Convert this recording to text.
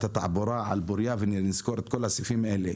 התעבורה על בוריה ונזכור את כל הסעיפים האלה?